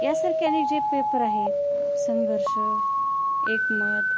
यासारखे आणि जे पेपर आहे संघर्ष एकमत